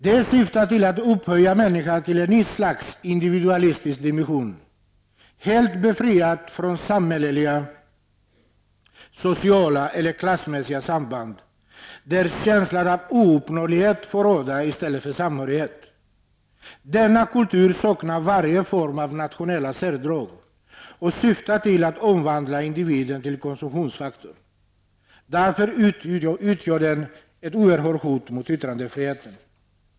Det hela syftar till att upphöja människan till ett nytt slags individualistisk varelse, helt befriad från samhälleliga, sociala eller klassmässiga samband, där känslan av ouppnåelighet får råda i stället för samhörighet. Denna kultur saknar varje form av nationella särdrag och syftar till att omvandla individen till konsumtionsfaktor. Därför utgör den ett oerhört hot mot yttrandefriheten.